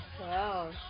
Wow